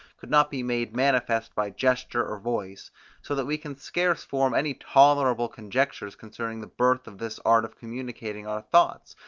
could not be made manifest by gesture or voice so that we can scarce form any tolerable conjectures concerning the birth of this art of communicating our thoughts,